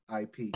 IP